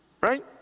Right